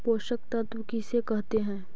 पोषक तत्त्व किसे कहते हैं?